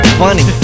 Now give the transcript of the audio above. funny